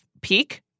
peak